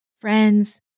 Friends